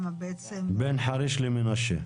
בין חריש למנשה.